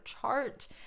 chart